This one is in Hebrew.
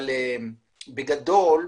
אבל בגדול,